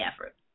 effort